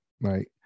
right